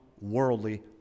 worldly